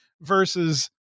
versus